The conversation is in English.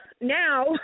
now